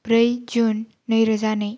ब्रै जुन नैरोजा नै